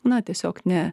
na tiesiog ne